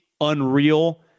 unreal